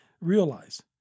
Realize